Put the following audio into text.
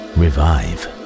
revive